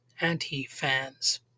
anti-fans